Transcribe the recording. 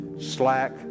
slack